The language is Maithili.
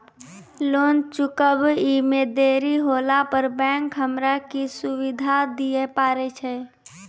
लोन चुकब इ मे देरी होला पर बैंक हमरा की सुविधा दिये पारे छै?